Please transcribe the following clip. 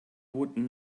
would